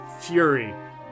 fury